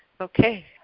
Okay